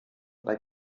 bei